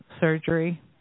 surgery